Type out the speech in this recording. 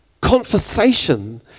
conversation